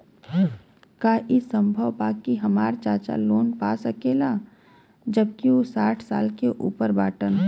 का ई संभव बा कि हमार चाचा लोन पा सकेला जबकि उ साठ साल से ऊपर बाटन?